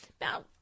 Now